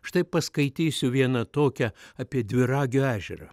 štai paskaitysiu vieną tokią apie dviragio ežerą